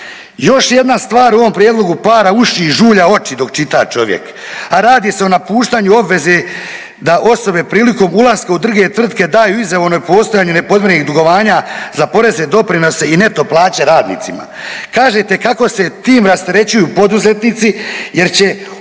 Još jedna stvar u ovom prijedlogu para uši i žulja oči dok čita čovjek, a radi se o napuštanju obveze da osobe priliko ulaska u druge tvrtke daju izjavu o nepostojanju nepodmirenih dugovanja za poreze, doprinose i neto plaće radnicima. Kažete kao se tim rasterećuju poduzetnici jer će umjesto